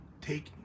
take